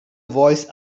voice